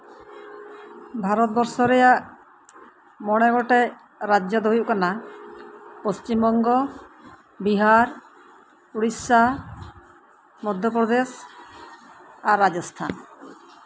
ᱵᱷᱟᱨᱚᱛ ᱵᱚᱨᱥᱚ ᱨᱮᱭᱟᱜ ᱢᱚᱲᱮ ᱜᱚᱴᱮᱡ ᱨᱟᱡᱡᱚ ᱫᱚ ᱦᱩᱭᱩᱜ ᱠᱟᱱᱟ ᱯᱚᱥᱪᱷᱤᱢᱵᱚᱝᱜᱚ ᱵᱤᱦᱟᱨ ᱩᱲᱤᱥᱥᱟ ᱢᱚᱫᱽᱫᱷᱚ ᱯᱚᱨᱫᱮᱥ ᱟᱨ ᱨᱟᱡᱚᱥᱛᱷᱟᱱ